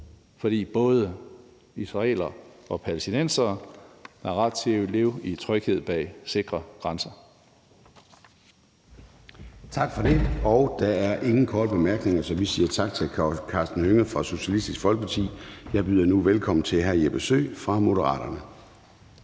for både israelere og palæstinensere har ret til at leve i tryghed bag sikre grænser. Kl. 19:34 Formanden (Søren Gade): Tak for det. Der er ingen korte bemærkninger, så vi siger tak til hr. Karsten Hønge fra Socialistisk Folkeparti. Jeg byder nu velkommen til hr. Jeppe Søe fra Moderaterne.